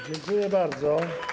Dziękuję bardzo.